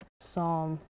Psalm